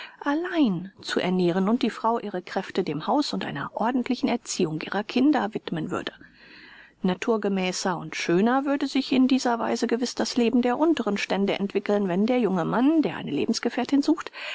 allein zu ernähren und die frau ihre kräfte dem haus und einer ordentlichen erziehung ihrer kinder widmen würde naturgemäßer und schöner würde sich in dieser weise gewiß das leben der unteren stände entwickeln wenn der junge mann der eine lebensgefährtin sucht